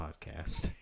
podcast